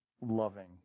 loving